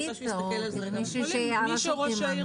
קצרה לגבי מה שאמרת, שהיועצים מגיעים לעסקים.